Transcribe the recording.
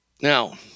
Now